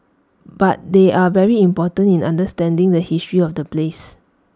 but they are very important in understanding the history of the place